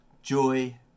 joy